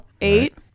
eight